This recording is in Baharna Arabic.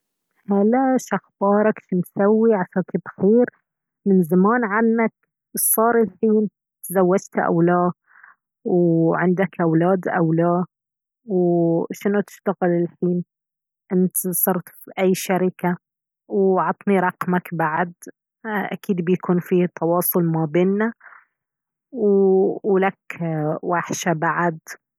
هلا شخبارك شمسوي عساك بخير من زمان عنك شصار الحين تزوجت او لا وعندك اولاد او لا وشنو تشتغل الحين انت صرت في اي شركة وعطني رقمك بعد اه اكيد بيكون فيه تواصل ما بيننا ولك وحشة بعد